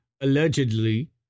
allegedly